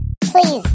Please